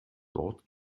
dort